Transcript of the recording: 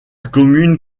commune